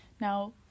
now